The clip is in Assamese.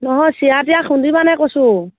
নহয় চিৰা তিৰা খুন্দিবানে কৈছোঁ